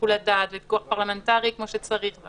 שיקול הדעת ופיקוח פרלמנטרי כמו שצריך.